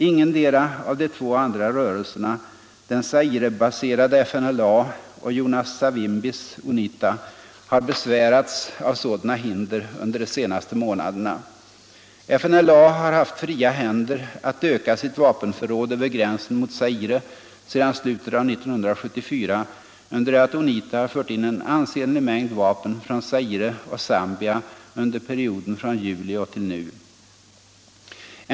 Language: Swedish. Ingendera av de två andra rörelserna, den Zaire-baserade FNLA eller Jonas Savimbis UNITA, har besvärats av sådana hinder under de senaste månaderna. FNLA har haft fria händer att öka sina vapenförråd över gränsen mot Zaire sedan slutet av 1974, under det att UNITA har fört in en ansenlig mängd vapen från Zaire och Zambia under perioden från juli och till nu.